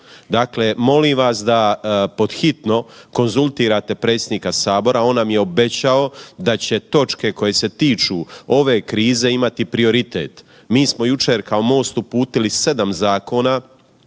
Dakle, molim vas da pod hitno konzultirate predsjednika sabora on nam je obećao da će točke koje se tiču ove krize imati prioritet. Mi smo jučer kao MOST uputili 7 zakona